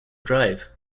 drive